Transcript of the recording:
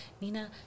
Nina